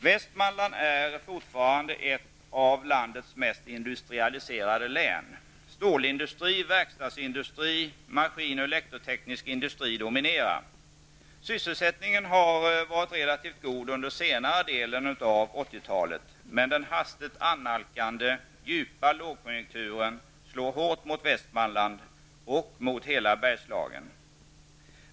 Västmanland är fortfarande ett av landets mest industrialiserade län. Stålindustri, verkstadsindustri, maskin och elektroteknisk industri dominerar. Sysselsättningen har varit relativt god under senare delen av 80-talet, men den hastigt analkande djupa lågkonjunkturen slår hårt mot Västmanland och hela Bergslagen.